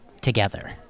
together